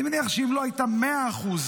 אני מניח שאם לא הייתה מאה אחוז